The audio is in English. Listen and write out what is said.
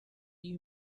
you